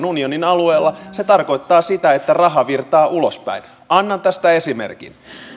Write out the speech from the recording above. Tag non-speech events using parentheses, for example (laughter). (unintelligible) unionin alueella se tarkoittaa sitä että raha virtaa ulospäin annan tästä esimerkin